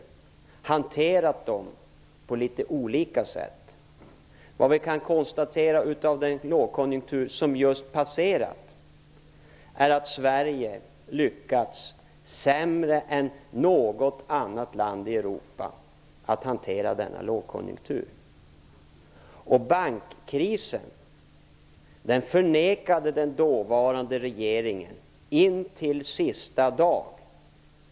Men man har hanterat dem på litet olika sätt. Vad vi kan konstatera när det gäller den lågkonjunktur som just har passerat är att Sverige lyckats sämre än något annat land i Europa att hantera denna lågkonjunktur. Den dåvarande regeringen förnekade bankkrisen in till dess sista dag.